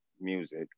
music